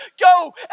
Go